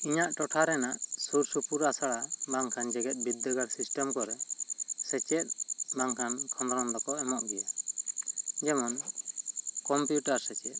ᱤᱧᱟᱹᱜ ᱴᱚᱴᱷᱟ ᱨᱮᱱᱟᱜ ᱥᱩᱨ ᱥᱩᱯᱩᱨ ᱟᱥᱲᱟ ᱵᱟᱝᱠᱷᱟᱱ ᱡᱮᱜᱮᱛ ᱵᱤᱫᱽᱫᱟᱹᱜᱟᱲ ᱥᱤᱥᱴᱟᱢ ᱠᱚᱨᱮ ᱥᱮᱪᱮᱫ ᱵᱟᱝᱠᱷᱟᱱ ᱠᱷᱚᱸᱫᱽᱨᱚᱫᱽ ᱫᱚᱠᱚ ᱮᱢᱚᱜ ᱜᱤᱭᱟ ᱡᱮᱢᱚᱱ ᱠᱚᱢᱯᱤᱭᱩᱴᱟᱨ ᱥᱮᱪᱮᱫ